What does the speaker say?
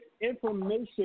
information